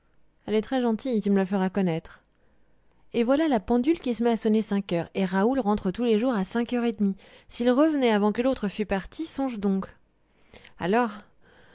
elle est très gentille tu me la feras connaître et voilà la pendule qui se met à sonner cinq heures et raoul rentre tous les jours à cinq heures et demie s'il revenait avant que l'autre fût parti songe donc alors